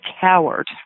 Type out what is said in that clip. coward